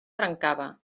trencava